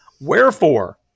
Wherefore